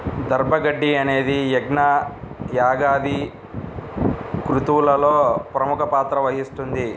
దర్భ గడ్డి అనేది యజ్ఞ, యాగాది క్రతువులలో ప్రముఖ పాత్ర వహిస్తుంది